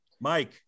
Mike